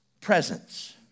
presence